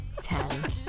ten